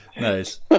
Nice